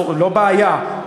לא בעיה,